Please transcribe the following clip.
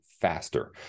faster